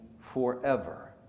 forever